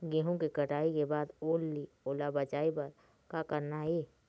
गेहूं के कटाई के बाद ओल ले ओला बचाए बर का करना ये?